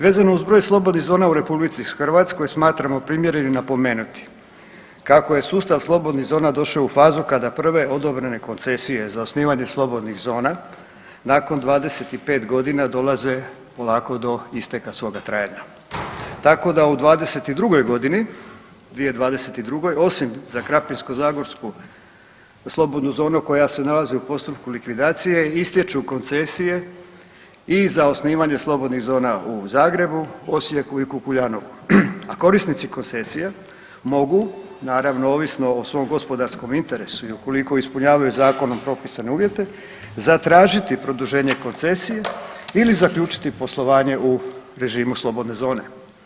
Vezano uz broj slobodnih zona u Republici Hrvatskoj smatramo primjerenim napomenuti kako je sustav slobodnih zona došao u fazu kada prve odobrene koncesije za osnivanje slobodnih zona nakon 25 godina dolaze polako do isteka svoga trajanja, tako da u 22 godini, 2022. osim za Krapinsko-zagorsku slobodnu zonu koja se nalazi u postupku likvidacije istječu koncesije i za osnivanje slobodnih zona u Zagrebu, Osijeku i Kukuljanovu, a korisnici koncesija mogu naravno ovisno o svom gospodarskom interesu i ukoliko ispunjavaju zakonom propisane uvjete zatražiti produženje koncesije ili zaključiti poslovanje u režimu slobodne zone.